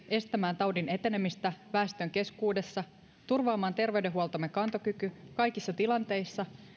estämään taudin etenemistä väestön keskuudessa turvaamaan terveydenhuoltomme kantokyky kaikissa tilanteissa